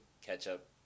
ketchup